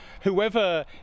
whoever